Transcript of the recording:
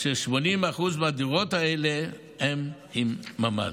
80% מהדירות האלה הן עם ממ"ד.